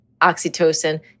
oxytocin